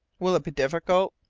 will it be difficult?